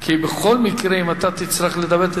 כי בכל מקרה אם אתה תצטרך לדבר,